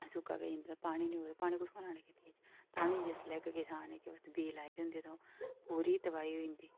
सुक्का पेई जंदा पानी नेईं होग पानी कुत्थुआं लैना खेती गी ताम्मीं जिसलै के किसान बीऽ लाए दे होंदे ओह् पूरी तबाही होई अंदी